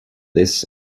this